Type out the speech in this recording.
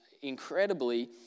incredibly